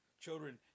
Children